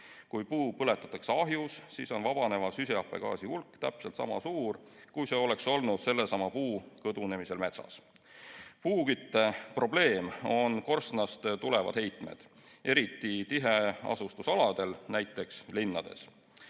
Kui puu põletatakse ahjus, siis on vabaneva süsihappegaasi hulk täpselt sama suur, kui see oleks olnud sellesama puu kõdunemisel metsas. Puukütte probleem on korstnast tulevad heitmed, eriti tiheasustusaladel, näiteks linnades.